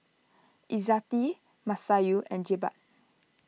Izzati Masayu and Jebat